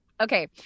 Okay